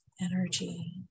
energy